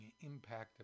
impact